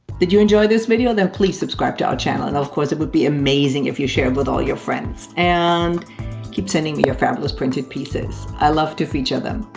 did you enjoy this video? then please subscribe to our channel. and of course it would be amazing if you shared with all your friends. and keep sending me your fabulous printed pieces i love to feature them!